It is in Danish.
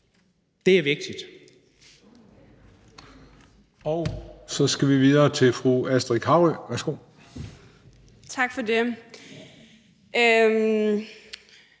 søge, er vigtigt.